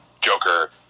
Joker